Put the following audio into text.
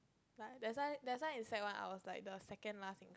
like that's why that's why in sec one I was like the second last